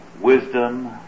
wisdom